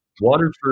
Waterford